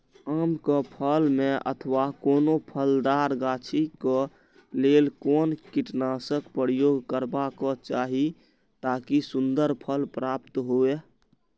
आम क फल में अथवा कोनो फलदार गाछि क लेल कोन कीटनाशक प्रयोग करबाक चाही ताकि सुन्दर फल प्राप्त हुऐ?